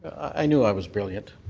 i knew i was brilliant.